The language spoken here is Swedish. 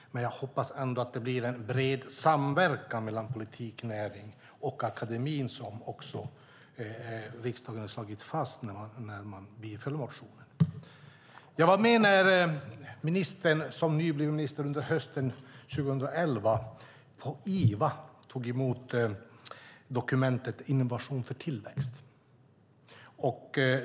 Jag hoppas ändå att det blir en bred samverkan mellan politik, näring och akademi, som också riksdagen har slagit fast när man biföll motionen. Jag var med när ministern som nybliven minister under hösten 2011 på Iva tog emot dokumentet Innovationsplan Sverige .